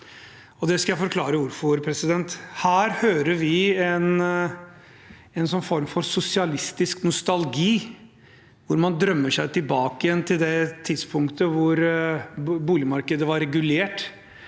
Her hører vi en slags form for sosialistisk nostalgi hvor man drømmer seg tilbake til det tidspunktet da boligmarkedet var regulert,